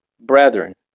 brethren